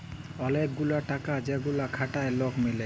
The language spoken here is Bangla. ওলেক গুলা টাকা যেগুলা খাটায় লক মিলে